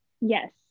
Yes